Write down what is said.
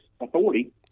authority